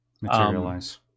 materialize